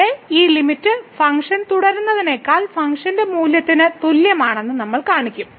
ഇവിടെ ഈ limit function തുടരുന്നതിനേക്കാൾ ഫംഗ്ഷൻ മൂല്യത്തിന് തുല്യമാണെന്ന് നമ്മൾ കാണിക്കും